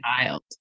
child